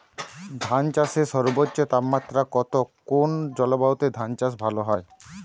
ধান চাষে সর্বোচ্চ তাপমাত্রা কত কোন জলবায়ুতে ধান চাষ ভালো হয়?